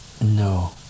No